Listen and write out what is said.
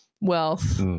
wealth